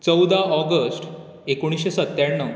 चवदा ऑगस्ट एकुणशे सत्याणव